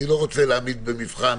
אני לא רוצה להעמיד במבחן